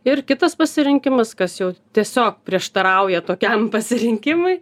ir kitas pasirinkimas kas jau tiesiog prieštarauja tokiam pasirinkimui